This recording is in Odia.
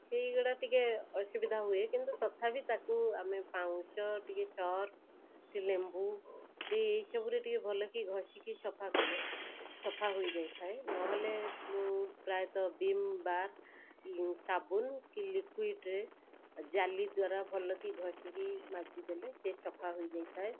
ସେଇଗୁଡ଼ା ଟିକେ ଅସୁବିଧା ହୁଏ କିନ୍ତୁ ତଥାବି ତାକୁ ଆମେ ପାଉଁଶ ଟିକେ ସର୍ପ କି ଲେମ୍ବୁ ଦେଇ ଏଇସବୁରେ ଟିକେ ଘଷିକି ଭଲସେ ସଫା କଲେ ସଫା ହୋଇଯାଇ ଥାଏ ନହେଲ ମୁଁ ପ୍ରାୟତଃ ଭୀମବାର ସାବୁନ କି ଲିକୁଇଡ଼ରେ ଜାଲିଦ୍ବାରା ଭଲକି ଘଷିକି ମାଜିଦେଲେ ସେ ସଫା ହୋଇଯାଇଥାଏ